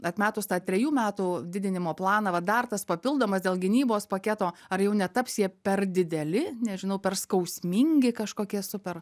atmetus tą trejų metų didinimo planą va dar tas papildomas dėl gynybos paketo ar jau netaps jie per dideli nežinau per skausmingi kažkokie super